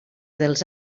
dels